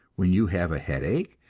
when you have a headache,